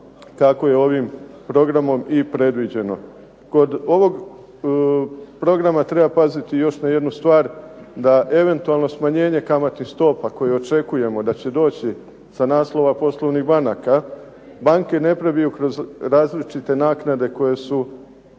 kako je ovim programom i predviđeno. Kod ovog programa treba paziti još na jednu stvar, da eventualno smanjenje kamatnih stopa koje očekujemo da će doći sa naslova poslovnih banaka banke ne prebiju kroz različite naknade koje su